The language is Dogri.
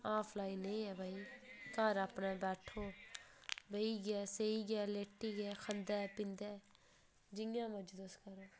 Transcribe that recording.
ऑफलाइन एह् ऐ भाई घर अपने बैठो बेहियै सेई ऐ लेटियै खंदे पींदे जि'यां मर्जी तुस करो